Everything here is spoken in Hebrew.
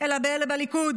אלא את אלה בליכוד